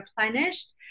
replenished